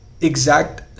exact